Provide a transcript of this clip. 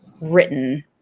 written